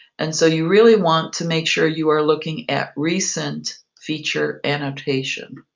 and so you really want to make sure you are looking at recent feature annotation.